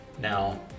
Now